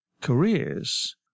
careers